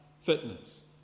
fitness